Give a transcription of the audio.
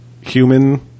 human